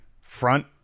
front